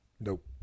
Nope